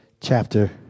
chapter